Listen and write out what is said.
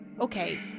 Okay